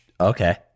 Okay